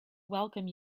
welcome